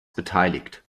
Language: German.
beteiligt